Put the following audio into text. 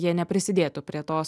jie neprisidėtų prie tos